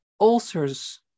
ulcers